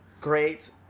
Great